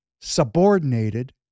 subordinated